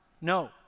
No